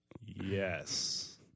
Yes